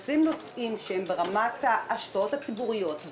ונשים נושאים שהם ברמת ההשקעות הציבוריות?